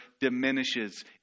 diminishes